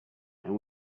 and